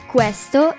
Questo